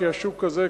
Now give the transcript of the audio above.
כי השוק הזה,